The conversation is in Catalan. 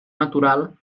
natural